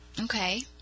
Okay